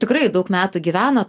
tikrai daug metų gyveno